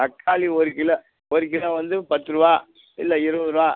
தக்காளி ஒரு கிலோ ஒரு கிலோ வந்து பத்து ரூபா இல்லை இருபது ரூபா